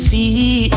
See